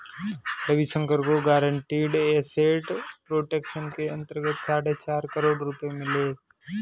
रविशंकर को guaranteed asset protection के अंतर्गत साढ़े चार करोड़ रुपये मिले